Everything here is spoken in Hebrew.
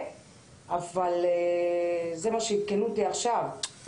זה מה שעדכנו אותי עכשיו,